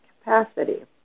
capacity